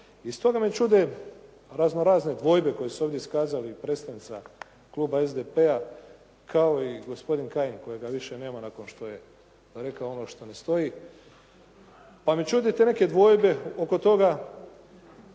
I stoga me čude raznorazne dvojbe koje su ovdje iskazali i predstavnica kluba SDP-a, kao i gospodin Kajin kojega više nema nakon što je rekao ono što ne stoji pa me čude te neke dvojbe oko toga